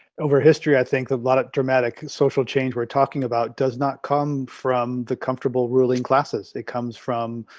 over history. i think a lot of dramatic social change we're talking about does not come from the comfortable ruling classes it comes from